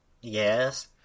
Yes